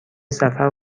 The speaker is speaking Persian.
سفر